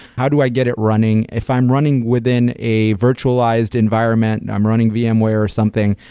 how do i get it running? if i'm running within a virtualized environment, and i'm running vmware or something,